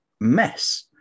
mess